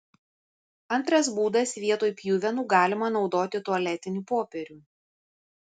antras būdas vietoj pjuvenų galima naudoti tualetinį popierių